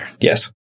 Yes